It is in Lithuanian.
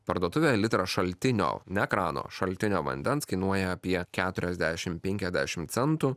parduotuvėje litras šaltinio ne krano šaltinio vandens kainuoja apie keturiasdešimt penkiasdešimt centų